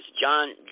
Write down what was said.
John